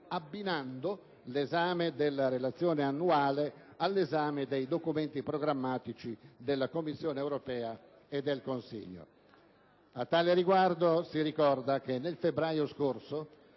abbinando l'esame della Relazione annuale all'esame dei documenti programmatici della Commissione europea e del Consiglio. A tale riguardo si ricorda che nel febbraio scorso